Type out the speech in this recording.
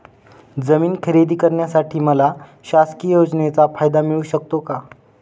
जमीन खरेदी करण्यासाठी मला शासकीय योजनेचा फायदा मिळू शकतो का?